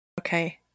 Okay